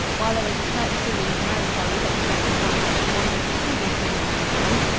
while there is a certain feeling of melancholy that possesses one when he wanders through these mouldering ruins,